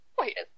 wait